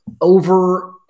over